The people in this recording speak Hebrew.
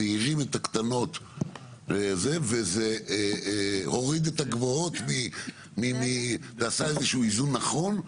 זה הרים את הקטנות לזה וזה הוריד את הגבוהות ועשה איזה שהוא איזון נכון.